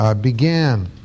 began